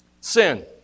Sin